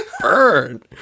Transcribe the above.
burn